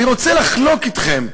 אני רוצה לחלוק אתכם,